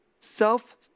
Self